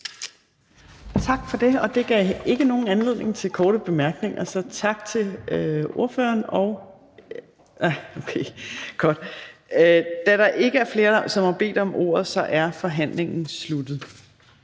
Torp): Det gav ikke anledning til korte bemærkninger, så tak til ordføreren. Da der ikke er flere, der har bedt om ordet, er forhandlingen sluttet.